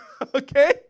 Okay